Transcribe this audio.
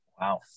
wow